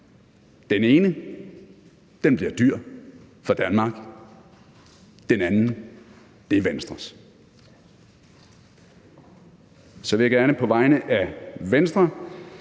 Den ene bliver dyr for Danmark. Den anden er Venstres. Så vil jeg gerne på vegne af Venstre,